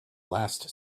last